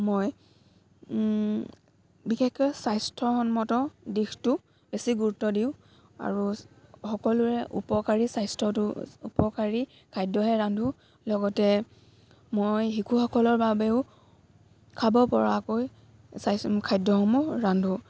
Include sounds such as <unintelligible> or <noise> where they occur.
মই বিশেষকৈ স্বাস্থ্যসন্মত দিশটো বেছি গুৰুত্ব দিওঁ আৰু সকলোৰে উপকাৰী স্বাস্থ্যটো উপকাৰী খাদ্যহে ৰান্ধোঁ লগতে মই শিশুসকলৰ বাবেও খাব পৰাকৈ <unintelligible> খাদ্যসমূহ ৰান্ধোঁ